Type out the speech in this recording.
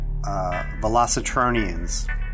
velocitronians